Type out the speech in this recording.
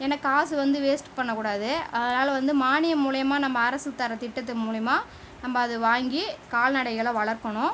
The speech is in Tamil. ஏன்னா காசு வந்து வேஸ்ட் பண்ணக் கூடாது அதனால் வந்து மானியம் மூலியமாக நம்ம அரசு தர திட்டத்து மூலியமாக நம்ப அது வாங்கி கால்நடைகளை வளர்க்கணும்